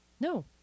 No